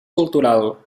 cultural